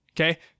okay